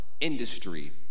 industry